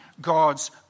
God's